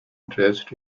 interest